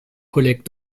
collègues